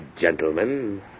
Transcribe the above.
gentlemen